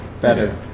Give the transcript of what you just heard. Better